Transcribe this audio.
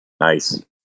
Nice